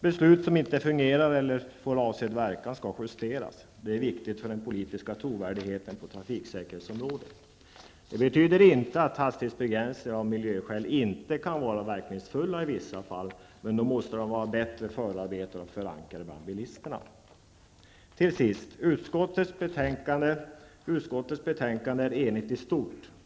Beslut som inte fungerar eller inte får avsedd verkan skall justeras. Det är viktigt för den politiska trovärdigheten på trafiksäkerhetsområdet. Det betyder inte att hastighetsbegränsningar av miljöskäl inte kan vara verkningsfulla i vissa fall. Men då måste de vara bättre förarbetade och förankrade bland bilisterna. Till sist vill jag säga att utskottets betänkande är enigt i stort.